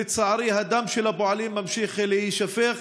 לצערי, הדם של הפועלים ממשיך להישפך.